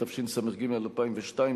התשס"ג 2002,